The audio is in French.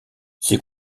c’est